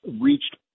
reached